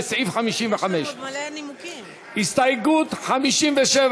לסעיף 55. הסתייגות 57,